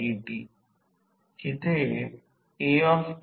I c मला माहित आहे I0 cos ∅ 0माहित आहे